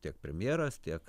tiek premjeras tiek